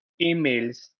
emails